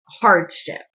hardship